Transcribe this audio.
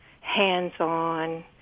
hands-on